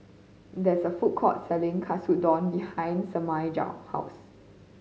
there is a food court selling Katsudon behind Semaj's house